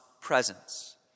presence